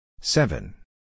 Seven